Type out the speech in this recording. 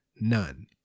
none